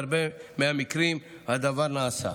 בהרבה מהמקרים הדבר נעשה.